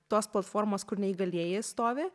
tos platformos kur neįgalieji stovi